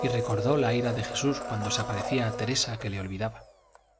y recordó la ira de jesús cuando se aparecía a teresa que le olvidaba